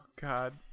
god